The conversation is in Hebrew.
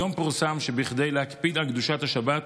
היום פורסם שכדי להקפיד על קדושת השבת,